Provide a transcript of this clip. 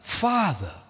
Father